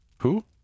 Who